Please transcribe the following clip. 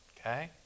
Okay